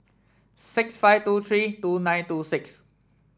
six five two three two nine two six